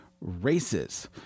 races